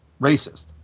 racist